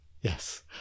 yes